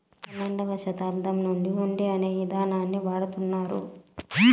పన్నెండవ శతాబ్దం నుండి హుండీ అనే ఇదానాన్ని వాడుతున్నారు